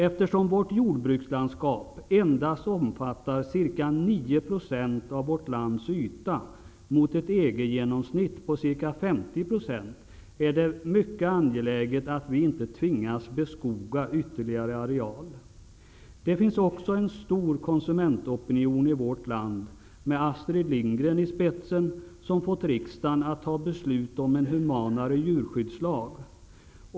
Eftersom vårt jordbrukslandskap endast omfattar ca 9 % av vårt lands yta, mot ett EG-genomsnitt på ca 50 %, är det mycket angeläget att vi inte tvingas beskoga ytterligare areal. Det finns också en stark konsumentopinion i vårt land, med Astrid Lindgren i spetsen, som fått riksdagen att ta beslut om en humanare djurskyddslag.